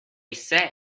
say